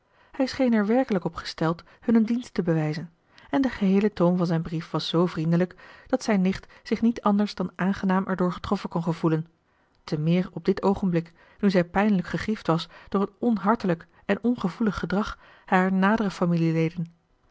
hij scheen er werkelijk op gesteld hun een dienst te bewijzen en de geheele toon van zijn brief was zoo vriendelijk dat zijne nicht zich niet anders dan aangenaam erdoor getroffen kon gevoelen te meer op dit oogenblik nu zij pijnlijk gegriefd was door het onhartelijk en ongevoelig gedrag harer nadere familieleden